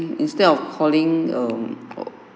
instead of calling um